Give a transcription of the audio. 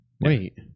Wait